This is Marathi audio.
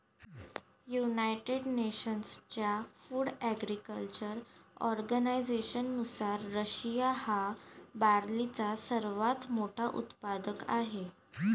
युनायटेड नेशन्सच्या फूड ॲग्रीकल्चर ऑर्गनायझेशननुसार, रशिया हा बार्लीचा सर्वात मोठा उत्पादक आहे